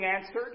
answered